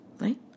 Right